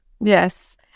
Yes